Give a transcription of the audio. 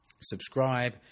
subscribe